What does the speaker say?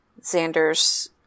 Xander's